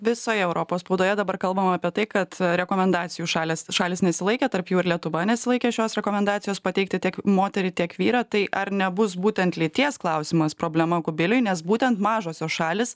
visoje europos spaudoje dabar kalbama apie tai kad rekomendacijų šalys šalys nesilaikė tarp jų ir lietuva nesilaikė šios rekomendacijos pateikti tiek moterį tiek vyrą tai ar nebus būtent lyties klausimas problema kubiliui nes būtent mažosios šalys